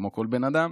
כמו כל בן אדם,